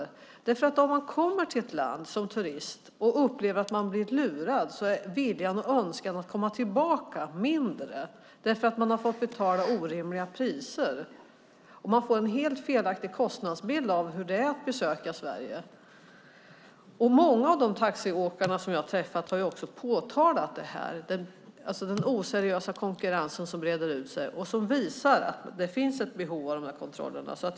Om man som turist upplever att man blir lurad är viljan och önskan att komma tillbaka mindre därför att man har fått betala orimliga priser. Man får en helt felaktig kostnadsbild av hur det är att besöka Sverige. Många av de taxiåkare som jag har träffat har påtalat den oseriösa konkurrens som breder ut sig och visar att det finns ett behov av kontroll.